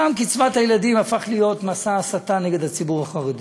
פעם קצבת הילדים הפכה להיות מסע הסתה נגד הציבור החרדי.